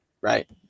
right